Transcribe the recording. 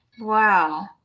Wow